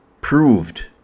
proved